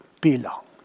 belong